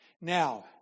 Now